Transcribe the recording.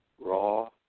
raw